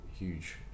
huge